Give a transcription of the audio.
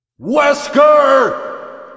Wesker